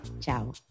Ciao